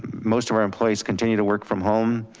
most of our employees continue to work from home.